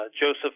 Joseph